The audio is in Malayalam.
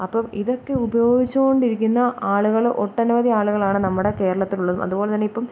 അപ്പോൾ ഇതൊക്കെ ഉപയോഗിച്ചുകൊണ്ടിരിക്കുന്ന ആളുകൾ ഒട്ടനവധി ആളുകളാണ് നമ്മുടെ കേരളത്തിൽ ഉള്ളതും അതുപോലെതന്നെ ഇപ്പം